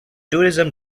tourism